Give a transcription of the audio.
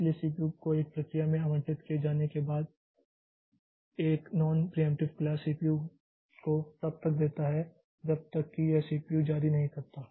इसलिए सीपीयू को एक प्रक्रिया में आवंटित किए जाने के बाद एक नॉन प्रियेंप्टिव क्लास सीपीयू को तब तक देता है जब तक कि यह सीपीयू जारी नहीं करता